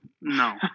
No